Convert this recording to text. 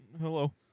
Hello